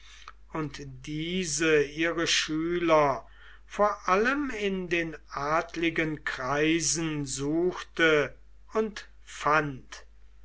und diese ihre schüler vor allem in den adligen kreisen suchte und fand